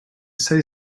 say